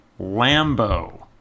lambo